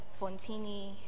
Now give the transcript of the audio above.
Fontini